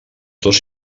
dos